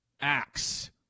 acts